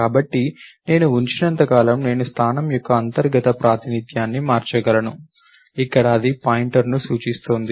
కాబట్టి నేను ఉంచినంత కాలం నేను స్థానం యొక్క అంతర్గత ప్రాతినిధ్యాన్ని మార్చగలను ఇక్కడ అది పాయింటర్ను సూచిస్తోంది